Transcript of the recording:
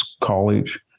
college